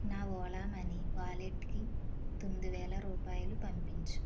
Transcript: నా ఓలా మనీ వాలెట్కి తొమ్మిది వేల రూపాయలు పంపించు